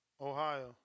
Ohio